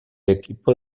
equipo